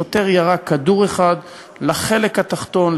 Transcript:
שוטר ירה כדור אחד לחלק התחתון.